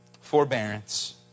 Forbearance